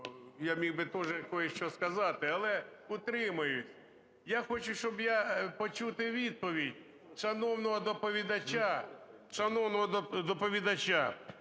я міг тоже кое-что сказати, але утримуюсь. Я хочу, щоб я... почути відповідь шановного доповідача,